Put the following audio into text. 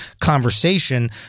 conversation